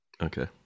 Okay